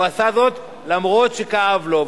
הוא עשה זאת אף-על-פי שכאב לו,